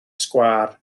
sgwâr